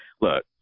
look